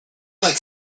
like